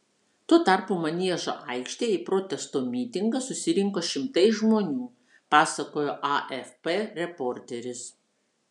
tuo tarpu maniežo aikštėje į protesto mitingą susirinko šimtai žmonių pasakojo afp reporteris